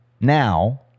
now